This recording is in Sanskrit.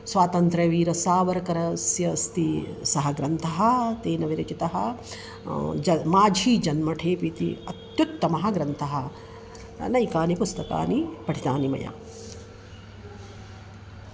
स्वातन्त्र्यवीरसावर्करस्य अस्ति सः ग्रन्थः तेन विरचितः ज माझी जन्मठेप् इति अत्युत्तमः ग्रन्थः नैकानि पुस्तकानि पठितानि मया